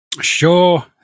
Sure